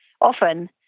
often